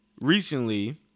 recently